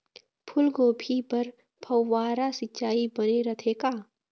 फूलगोभी बर फव्वारा सिचाई बने रथे का?